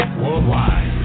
worldwide